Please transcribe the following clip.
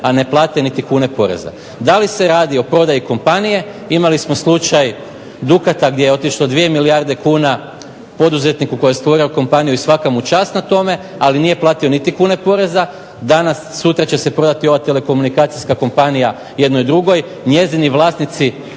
a ne plate niti kune poreza. Da li se radi o prodaji kompanije? Imali smo slučaj Dukata gdje je otišlo 2 milijarde kuna poduzetniku koji je stvorio kompaniju i svaka mu čast na tome ali nije platio niti kune poreza. Danas sutra će se prodati ova telekomunikacijska kompanija jednoj drugoj. Njezini vlasnici